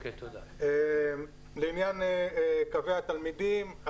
לעניין קווי התלמידים.